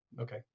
Okay